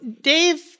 Dave